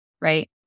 right